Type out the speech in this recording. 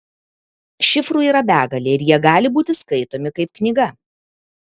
šifrų yra begalė ir jie gali būti skaitomi kaip knyga